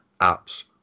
apps